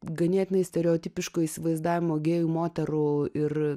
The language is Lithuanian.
ganėtinai stereotipiško įsivaizdavimo gėjų moterų ir